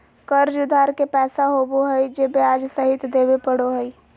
कर्ज उधार के पैसा होबो हइ जे ब्याज सहित देबे पड़ो हइ